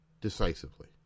decisively